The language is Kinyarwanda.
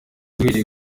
duhereye